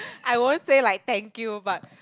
I won't say like thank you but